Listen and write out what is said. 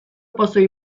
pozoi